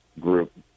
group